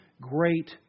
great